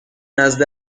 نزد